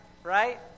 Right